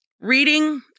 reading